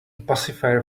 pacifier